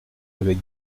avec